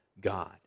God